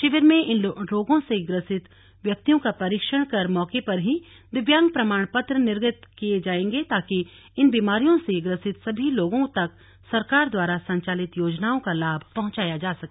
शिविर में इन रोगों से ग्रसित व्यक्तियों का परीक्षण कर मौके पर ही दिव्यांग प्रमाण पत्र निगर्त किए जाएंगे ताकि इन बीमारियों से ग्रसित सभी लोगों तक सरकार द्वारा संचालित योजनाओं का लाभ पहुंचाया जा सके